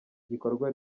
gikorwa